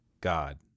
God